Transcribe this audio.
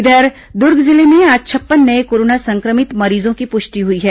इधर दुर्ग जिले में आज छप्पन नये कोरोना संक्रमित मरीजों की पुष्टि हुई है